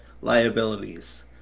liabilities